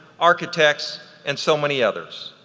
architects and so many others,